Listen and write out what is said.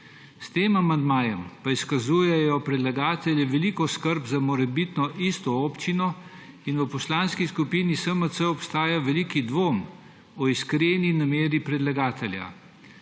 S tem amandmajem pa izkazujejo predlagatelji veliko skrb za morebitno isto občino in v Poslanski skupini SMC obstaja velik dvom o iskreni nameri predlagatelja.